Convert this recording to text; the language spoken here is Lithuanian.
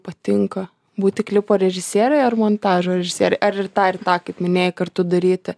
patinka būti klipo režisierei ar montažo režisiere ar tą irtą kaip minėjai kartu daryti